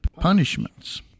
punishments